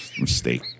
mistake